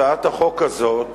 הצעת החוק הזאת